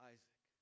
Isaac